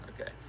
Okay